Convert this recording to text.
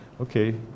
Okay